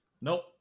nope